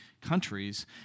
countries